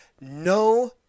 no